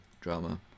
drama